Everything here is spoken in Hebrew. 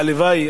הלוואי,